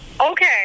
Okay